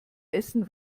essen